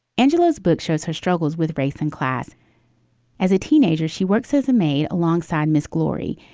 angeles' book shows her struggles with race and class as a teenager. she works as a maid alongside miss glory.